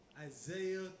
Isaiah